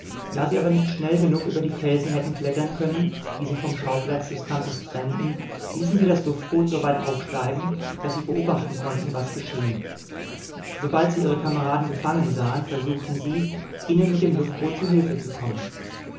da sie aber nicht schnell genug über die felsen hätten klettern können die sie vom schauplatz des kampfes trennten ließen sie das luftboot so weit aufsteigen daß sie beobachten konnten was geschehen sobald sie ihre kameraden gefangen sahen versuchten sie ihnen mit dem luftboot zu hilfe zu kommen